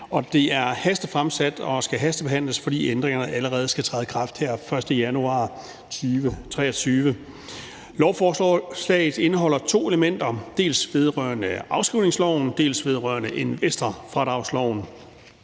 det er fremsat og skal hastebehandles, fordi ændringerne allerede skal træde i kraft her den 1. januar 2023. Lovforslaget indeholder to elementer, dels et vedrørende afskrivningsloven, dels et vedrørende investorfradragsloven.